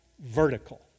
vertical